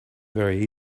very